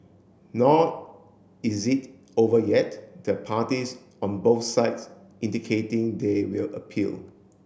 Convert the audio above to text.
nor is it over yet the parties on both sides indicating they will appeal